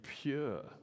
pure